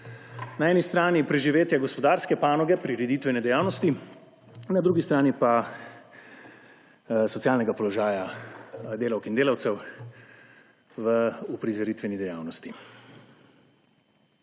na eni strani preživetja gospodarske panoge prireditvene dejavnosti, na drugi strani pa socialnega položaja delavk in delavcev v uprizoritveni dejavnosti.